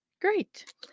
Great